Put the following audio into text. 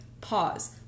pause